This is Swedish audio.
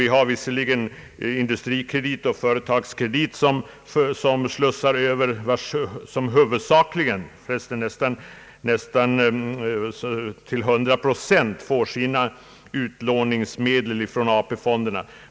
Vi har visserligen Industrikredit och Företagskredit, som nästan till 100 procent får sina utlåningsmedel från AP-fonderna.